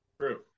True